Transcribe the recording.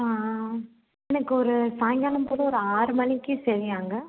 ஆ ஆ எனக்கு ஒரு சாயங்காலம் போல் ஒரு ஆறு மணிக்கு சரியாங்க